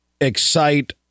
excite